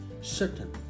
certain